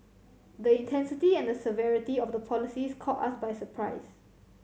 the intensity and the severity of the policies caught us by surprise